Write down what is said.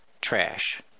trash